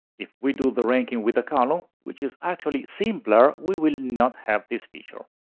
if we do the ranking with the column, which is actually simpler, we will not have this feature.